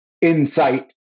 insight